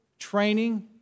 training